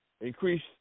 increase